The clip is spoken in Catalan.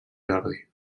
jordi